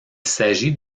s’agit